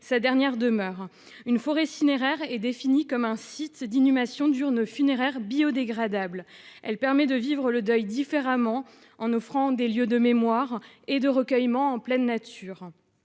sa dernière demeure. Une forêt cinéraire est définie comme un site d'inhumation d'urnes funéraires biodégradables. Elle permet de vivre le deuil différemment, en offrant des lieux de mémoire et de recueillement en pleine nature,